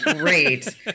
great